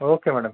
okay madam